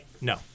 No